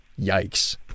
yikes